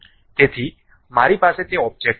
તેથી મારી પાસે તે ઓબ્જેક્ટ છે